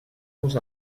vos